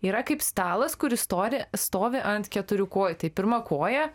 yra kaip stalas kuris stori stovi ant keturių kojų tai pirma koja